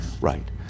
right